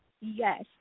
Yes